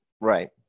right